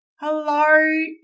Hello